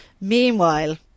Meanwhile